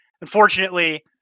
Unfortunately